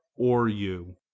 or you.